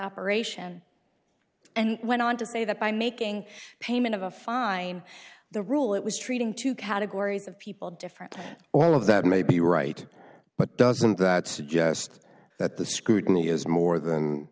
operation and went on to say that by making payment of a fine the rule it was treating two categories of people differently all of that may be right but doesn't that suggest that the scrutiny is more than